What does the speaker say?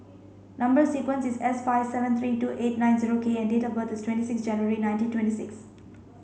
number sequence is S five seven three two eight nine zero K and date of birth is twenty six January nineteen twenty six